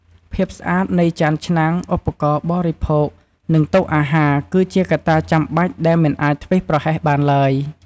ភាពស្អាតនៃ ចាន ឆ្នាំង ឧបករណ៍បរិភោគ និងតុអាហារ គឺជាកត្តាចាំបាច់ដែលមិនអាចធ្វេសប្រហែសបានឡើយ។